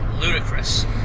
ludicrous